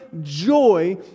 joy